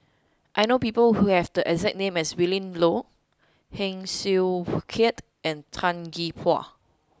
I know people who have the exact name as Willin Low Heng Swee Keat and Tan Gee Paw